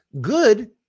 good